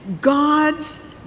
God's